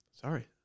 Sorry